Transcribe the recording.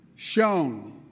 shown